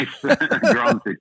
Granted